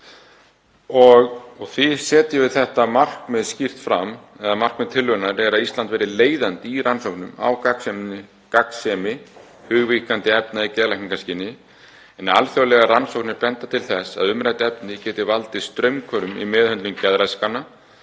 Því setjum við markmiðið skýrt fram. Markmið tillögunnar er að Ísland verði leiðandi í rannsóknum á gagnsemi hugvíkkandi efna í geðlækningaskyni, en alþjóðlegar rannsóknir benda til þess að umrædd efni geti valdið straumhvörfum í meðhöndlun geðraskana.